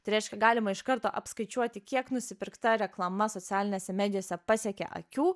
tai reiškia galima iš karto apskaičiuoti kiek nusipirkta reklama socialinėse medijose pasiekė akių